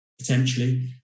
potentially